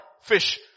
fish